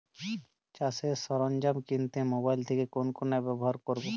চাষের সরঞ্জাম কিনতে মোবাইল থেকে কোন অ্যাপ ব্যাবহার করব?